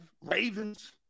Ravens